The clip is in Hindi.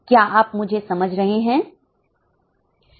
क्या आप मुझे समझ रहे हैं